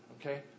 okay